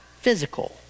physical